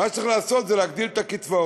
מה שצריך לעשות זה להגדיל את הקצבאות,